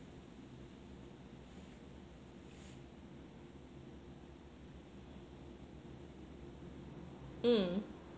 mm